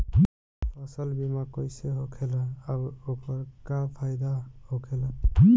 फसल बीमा कइसे होखेला आऊर ओकर का फाइदा होखेला?